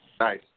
Nice